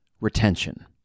retention